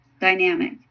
dynamic